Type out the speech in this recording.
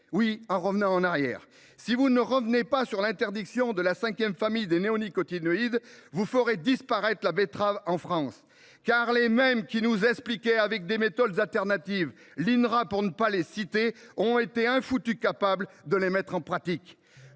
en revenant en arrière. Oui ! Si vous ne revenez pas sur l’interdiction de la cinquième famille des néonicotinoïdes, vous ferez disparaître la betterave en France, car ceux là mêmes qui nous expliquaient disposer de méthodes alternatives – l’Inrae, pour ne pas le citer – ont été incapables de les mettre en pratique.